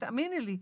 ותאמיני לי,